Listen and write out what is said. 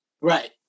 right